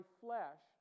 flesh